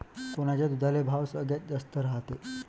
कोनच्या दुधाले भाव सगळ्यात जास्त रायते?